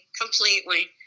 Completely